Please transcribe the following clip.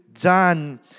done